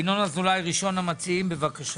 ינון אזולאי, ראשון המציעים, בבקשה.